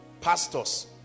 pastors